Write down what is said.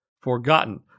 forgotten